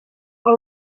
all